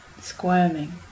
squirming